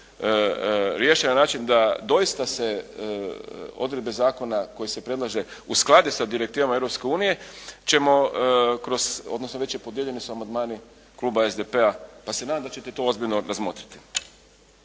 riješe na način da doista se odredbe zakona koji se predlaže usklade sa direktivama Europske unije ćemo kroz odnosno već je podijeljeni su amandmani Kluba SDP-a pa se nadam da ćete to ozbiljno razmotriti.